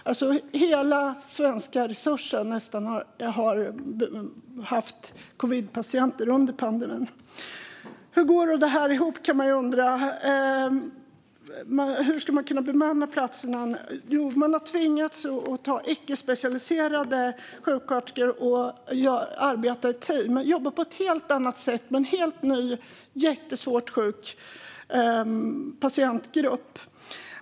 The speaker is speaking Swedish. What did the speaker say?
Nästan hela den svenska resursen har under pandemin alltså haft covidpatienter. Hur går detta ihop? Hur ska man kunna bemanna platserna? Jo, man har tvingats ta in icke-specialiserade sjuksköterskor som fått arbeta i team. De har fått jobba på ett helt annat sätt med en helt ny och mycket svårt sjuk patientgrupp.